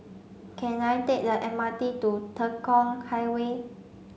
can I take the M R T to Tekong Highway